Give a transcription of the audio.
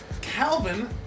Calvin